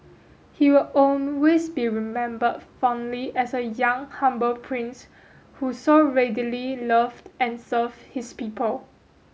he will always be remembered fondly as a young humble prince who so readily loved and served his people